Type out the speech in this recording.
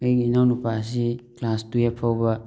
ꯑꯩꯒꯤ ꯏꯅꯥꯎ ꯅꯨꯄꯥ ꯑꯁꯤ ꯀ꯭ꯂꯥꯁ ꯇꯨꯌꯦꯞ ꯐꯥꯎꯕ